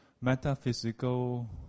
metaphysical